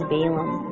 Balaam